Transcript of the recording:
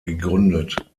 gegründet